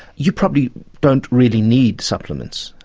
you probably don't really need supplements,